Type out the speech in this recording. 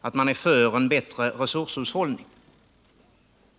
att man är för en bättre resurshushållning.